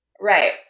right